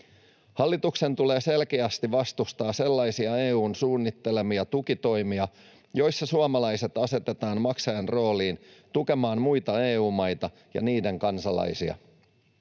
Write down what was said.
Hallituksen tulee selkeästi vastustaa sellaisia EU:n suunnittelemia tukitoimia, joissa suomalaiset asetetaan maksajan rooliin tukemaan muita EU-maita ja niiden kansalaisia.